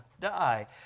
die